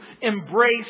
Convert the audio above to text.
embrace